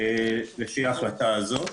לפי ההחלטה הזאת.